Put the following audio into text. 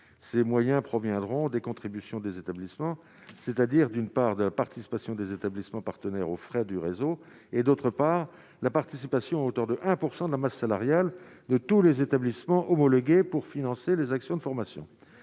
ces moyens proviendront des contributions des établissements, c'est-à-dire d'une part, de la participation des établissements partenaires aux frais du réseau et d'autre part, la participation à hauteur de 1 % de la masse salariale de tous les établissements homologués pour financer les actions de formation,